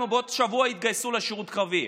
או בעוד שבוע יתגייסו לשירות קרבי?